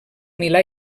milà